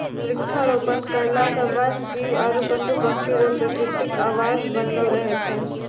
वृक्षारोपण करला से वन जीब आरु पशु पक्षी रो प्रकृतिक आवास बनलो रहै छै